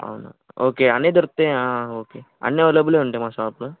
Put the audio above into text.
అవునా ఓకే అన్ని దొరుకుతాయి ఓకే అన్నీ అవైలబుల్లో ఉంటాయి మా షాప్లో